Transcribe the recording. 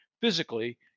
physically